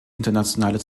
internationale